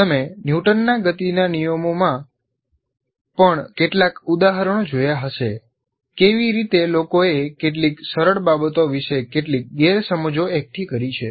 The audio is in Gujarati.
તમે ન્યૂટનના ગતિના નિયમોમાં પણ કેટલાંક ઉદાહરણો જોયા હશે કેવી રીતે લોકોએ કેટલીક સરળ બાબતો વિશે કેટલીક ગેરસમજો એકઠી કરી છે